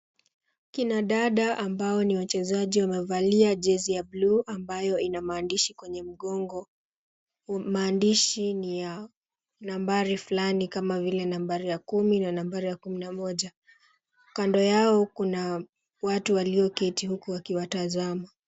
Kina dada ambao ni wachezaji wamevalia jezi ya bluu ambayo ina maandishi kwenye mgongo. Maandishi ni ya nambari fulani kama vile nambari ya kumi na nambari ya kumi na moja. Kando yao kuna watu walioketi huku wakiwatazama.